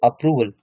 approval